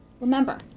Remember